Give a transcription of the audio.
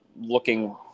looking